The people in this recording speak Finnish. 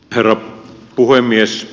herra puhemies